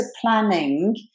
planning